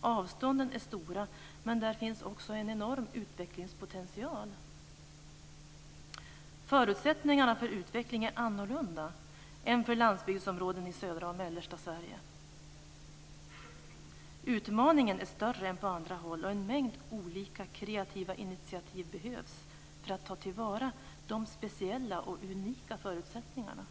Avstånden är stora, men där finns också en enorm utvecklingspotential. Förutsättningen för utveckling är annorlunda än för landsbygdsområden i södra och mellersta Sverige. Utmaningen är större än på andra håll, och en mängd olika, kreativa initiativ behövs för att ta till vara de speciella och unika förutsättningarna.